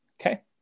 Okay